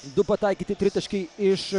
du pataikyti tritaškiai iš